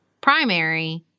primary